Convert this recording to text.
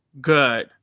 good